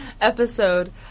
episode